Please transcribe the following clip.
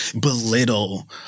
belittle